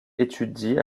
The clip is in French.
étudie